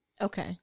Okay